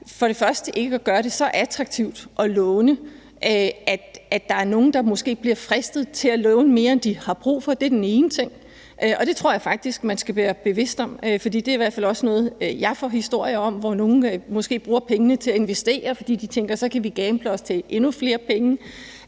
optaget af, er ikke at gøre det så attraktivt at låne, at der er nogle, der måske bliver fristet til at låne mere, end de har brug for. Det er den ene ting. Og det tror jeg faktisk man skal være bevidst om, for det er i hvert fald også noget, jeg får historier om, hvor nogle måske bruger pengene til at investere, fordi de tænker, at så kan de gamble sig til endnu flere penge,